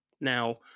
Now